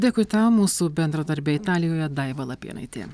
dėkui tą mūsų bendradarbė italijoje daiva lapėnaitė